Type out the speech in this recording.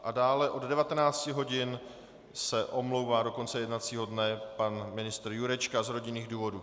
A dále od 19 hodin se omlouvá do konce jednacího dne pan ministr Jurečka z rodinných důvodů.